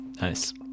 Nice